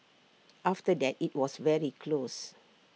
after that IT was very close